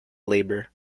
labor